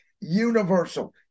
Universal